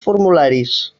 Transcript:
formularis